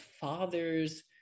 father's